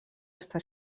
està